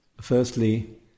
Firstly